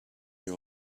year